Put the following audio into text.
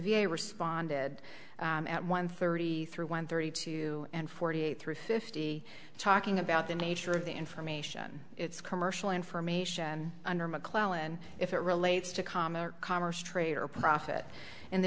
a responded at one thirty three one thirty two and forty eight through fifty talking about the nature of the information it's commercial information under mcclellan if it relates to comair commerce trade or profit and the